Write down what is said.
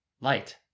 light